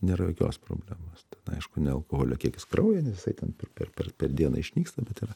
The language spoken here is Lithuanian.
nėra jokios problemos aišku ne alkoholio kiekis kraujyje nes jisai ten per per per dieną išnyksta bet yra